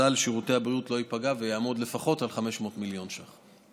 סל שירותי הבריאות לא ייפגע ויעמוד לפחות על 500 מיליון ש"ח.